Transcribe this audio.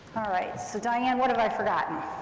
all right, so diane, what have i forgotten?